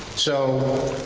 so,